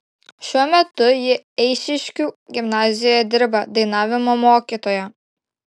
šiuo metu ji eišiškių gimnazijoje dirba dainavimo mokytoja